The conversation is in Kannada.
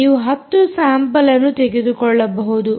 ನೀವು 10 ಸ್ಯಾಂಪಲ್ ಅನ್ನು ತೆಗೆದುಕೊಳ್ಳಬಹುದು